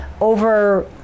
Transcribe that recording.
over